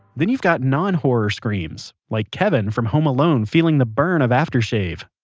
then you've got non-horror screams, like kevin from home alone feeling the burn of after shave,